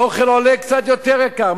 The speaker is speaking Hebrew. האוכל עולה קצת יותר ביוקר,